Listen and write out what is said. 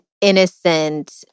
innocent